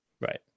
Right